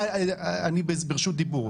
אני ברשות דיבור,